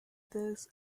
this